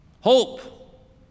hope